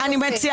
אני לא מרשה